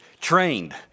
trained